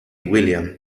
william